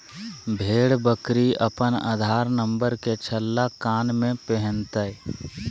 भेड़ बकरी अपन आधार नंबर के छल्ला कान में पिन्हतय